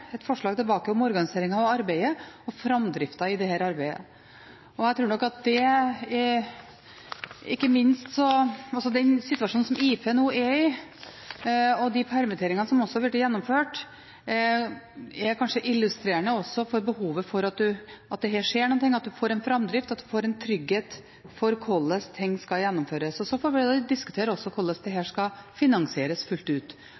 et forslag tilbake om organisering av arbeidet og framdriften i dette arbeidet. Den situasjonen som IFE nå er i, og de permitteringene som også har vært gjennomført, er kanskje også illustrerende for behovet for at det her skjer noe, at en får en framdrift, at en får en trygghet for hvordan ting skal gjennomføres. Så får vi også diskutere hvordan dette skal finansieres fullt ut,